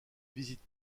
visite